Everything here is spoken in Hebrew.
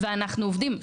ואנחנו עובדים,